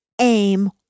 aim